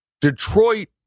Detroit